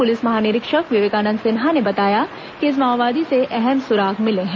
police महानिरीक्षक विवेकानंद सिन्हा ने बताया कि इस माओवादी से अहम सुराग मिले हैं